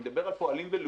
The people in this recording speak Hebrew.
אני מדבר על פועלים ולאומי,